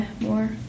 more